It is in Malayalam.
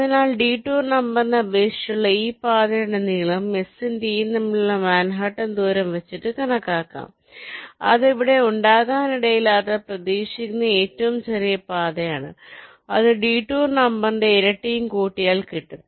അതിനാൽ ഡിടൂർ നമ്പറിനെ അപേക്ഷിച്ചുള്ള ഈ പാതയുടെ നീളം S ഉം T ഉം തമ്മിലുള്ള മൻഹട്ടൺ ദൂരം വച്ചിട്ട് കണക്കാക്കാം അത് അവിടെ ഉണ്ടാകാനിടയില്ലാത്ത പ്രതീക്ഷിക്കുന്ന ഏറ്റവും ചെറിയ പാതയാണ് അത് ഡിടൂർ നമ്പറിന്റെ ഇരട്ടിയും കൂട്ടിയാൽ കിട്ടും